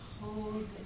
hold